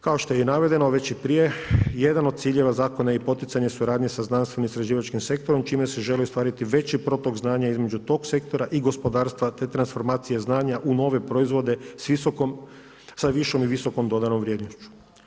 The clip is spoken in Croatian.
Kao što je i navedeno već i prije, jedan od ciljeva zakona i poticanja suradnje sa znanstveno-istraživačkim sektorom čime se želi ostvariti veći protok znanja između tog sektora i gospodarstva te transformacije znanja u nove proizvode s višom i visokom dodanom vrijednošću.